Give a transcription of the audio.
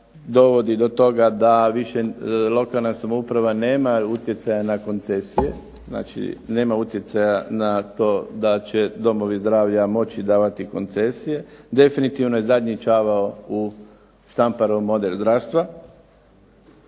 dovodi do toga da više lokalna samouprava nema utjecaja na koncesije, znači nema utjecaja na to da će domovi zdravlja moći davati koncesije. Definitivno je zadnji čavao u Štamparov model zdravstva,